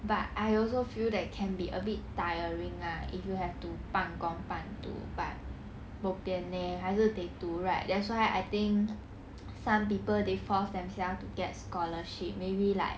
but I also feel that can be a bit tiring lah if you have to 半工半读 but bo pian leh 还是得读 right that's why I think some people they force themselves to get scholarship maybe like